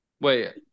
wait